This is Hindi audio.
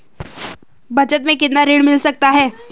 बचत मैं कितना ऋण मिल सकता है?